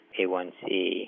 A1c